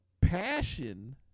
passion